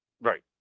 Right